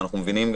מבינים,